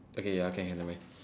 okay ya can can never mind